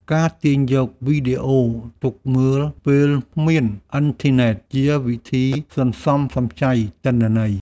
ការទាញយកវីដេអូទុកមើលពេលគ្មានអ៊ីនធឺណិត ជាវិធីសន្សំសំចៃទិន្នន័យ។